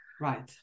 right